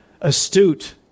astute